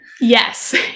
yes